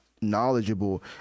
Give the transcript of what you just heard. knowledgeable